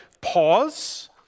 pause